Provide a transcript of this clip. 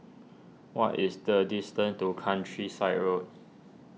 what is the distance to Countryside Road